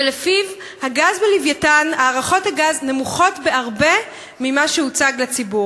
שלפיו הגז ב"לווייתן" הערכות הגז נמוכות בהרבה ממה שהוצג לציבור.